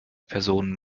person